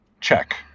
Check